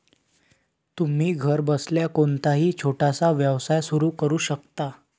तुम्ही घरबसल्या कोणताही छोटासा व्यवसाय सुरू करू शकता